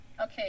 Okay